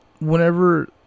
whenever